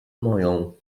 moją